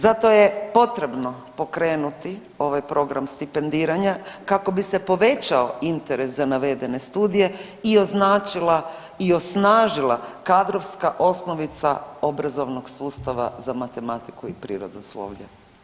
Zato je potrebno pokrenuti ovaj program stipendiranja kako bi se povećao interes za navedene studije i označila i osnažila kadrovska osnovica obrazovnog sustav za matematiku i prirodoslovlje.